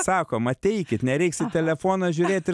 sakom ateikit nereiks į telefoną žiūrėt ir